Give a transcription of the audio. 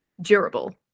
durable